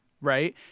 right